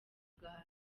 gahato